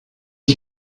you